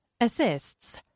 Assists